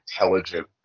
intelligent